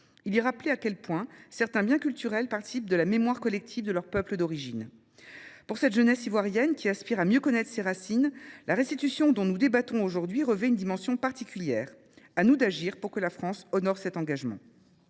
Il y rappelait à quel point certains biens culturels participent de la mémoire collective de leur peuple d'origine. Pour cette jeunesse ivoirienne qui aspire à mieux connaître ses racines, la restitution dont nous débattons aujourd'hui revêt une dimension particulière. A nous d'agir pour que la France honore cet engagement.